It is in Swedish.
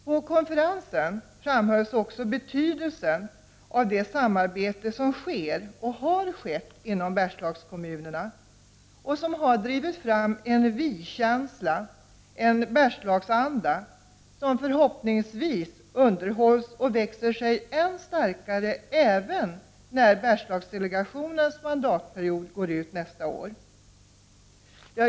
På konferensen framhölls också betydelsen av det samarbete som sker och har skett inom Bergslagskommunerna och som har drivit fram en vi-känsla, en Bergslagsanda, som förhoppningsvis underhålls och växer sig än starkare även när Bergslagsdelegationens mandattid går ut nästa år.